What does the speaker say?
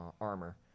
armor